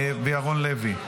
וירון לוי.